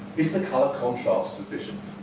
is the colour contrast sufficient?